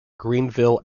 greenville